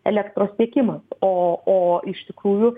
elektros tiekimas o o iš tikrųjų